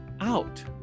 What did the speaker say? out